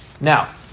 Now